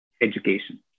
education